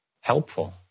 helpful